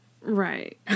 Right